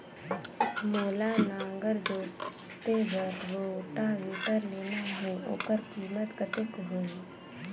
मोला नागर जोते बार रोटावेटर लेना हे ओकर कीमत कतेक होही?